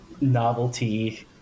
novelty